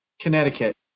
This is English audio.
Connecticut